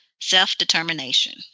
Self-Determination